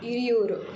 ಇಳಿಯೂರು